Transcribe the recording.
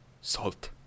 Salt